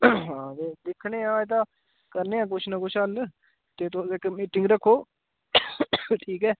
हां ते दिक्खने आं एह्दा करने आं किश ना किश हल्ल ते तुस इक मीटिंग रक्खो ठीक ऐ